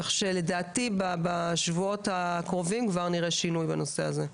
כך שלדעתי בשבועות הקרובים כבר נראה שינוי בנושא הזה.